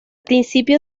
principio